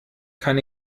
kann